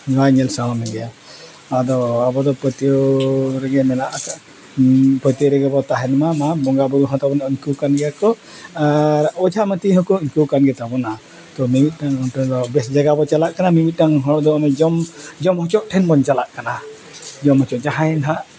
ᱵᱟᱭ ᱧᱮᱞ ᱥᱟᱦᱟᱣ ᱢᱮᱜᱮᱭᱟ ᱟᱫᱚ ᱟᱵᱚ ᱫᱚ ᱯᱟᱹᱛᱭᱟᱹᱣ ᱨᱮᱜᱮ ᱢᱮᱱᱟᱜ ᱟᱠᱟᱫ ᱯᱟᱹᱛᱭᱟᱹᱣ ᱨᱮᱜᱮ ᱵᱚᱱ ᱛᱟᱦᱮᱱ ᱢᱟ ᱵᱚᱸᱜᱟ ᱵᱩᱨᱩ ᱦᱚᱸ ᱛᱟᱵᱚᱱ ᱩᱱᱠᱩ ᱠᱟᱱ ᱜᱮᱭᱟ ᱠᱚ ᱟᱨ ᱚᱡᱷᱟ ᱢᱟᱹᱛᱤ ᱦᱚᱸᱠᱚ ᱩᱱᱠᱩ ᱠᱟᱱ ᱜᱮᱛᱟᱵᱚᱱᱟ ᱛᱚ ᱢᱤᱢᱤᱫᱴᱟᱝ ᱚᱱᱛᱮ ᱫᱚ ᱵᱮᱥ ᱡᱟᱭᱜᱟ ᱵᱚᱱ ᱪᱟᱞᱟᱜ ᱠᱟᱱᱟ ᱢᱤ ᱢᱤᱫᱴᱟᱝ ᱦᱚᱲ ᱫᱚ ᱚᱱᱮ ᱡᱚᱢ ᱡᱚᱢ ᱦᱚᱪᱚᱜ ᱴᱷᱮᱱ ᱵᱚᱱ ᱪᱟᱞᱟᱜ ᱠᱟᱱᱟ ᱡᱚᱢ ᱦᱚᱪᱚᱜ ᱡᱟᱦᱟᱸᱭ ᱱᱟᱦᱟᱸᱜ